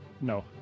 No